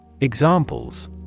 Examples